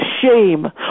shame